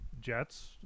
Jets